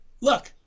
look